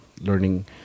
learning